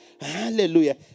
Hallelujah